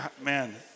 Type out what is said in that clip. Man